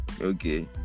Okay